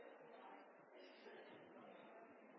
Etter